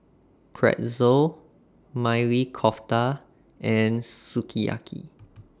Pretzel Maili Kofta and Sukiyaki